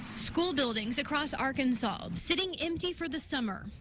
school buildings across arkansas sitting empty for the summer.